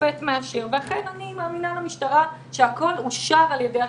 ושופט מאשר אני אכן מאמינה למשטרה שהכול אושר על ידי השופטים.